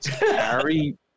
Harry